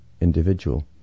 individual